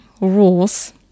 rules